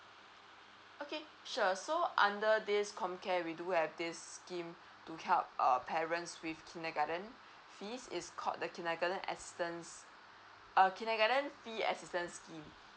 okay sure so under this com care we do have this scheme to help err parents with kindergarten fees is called the kindergarten assistance err kindergarten fee assistance scheme